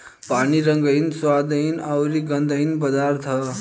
पानी रंगहीन, स्वादहीन अउरी गंधहीन पदार्थ ह